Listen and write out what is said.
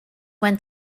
when